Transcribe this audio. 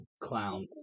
clown